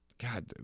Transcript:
God